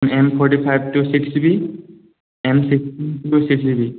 M forty ফাইভটো six GB M ছিক্সটিনটো six GB